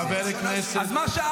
חבר הכנסת, סליחה.